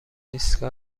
ایستگاه